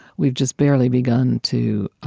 we've just barely begun to